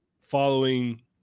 following